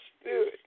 spirit